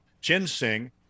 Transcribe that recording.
ginseng